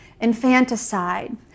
infanticide